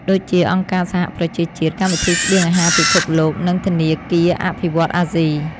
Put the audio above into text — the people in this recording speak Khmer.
ដូចជា អង្គការសហប្រជាជាតិ កម្មវិធីស្បៀងអាហារពិភពលោក និងធនាគារអភិវឌ្ឍន៍អាស៊ី។